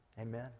Amen